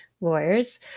lawyers